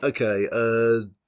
Okay